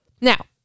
Now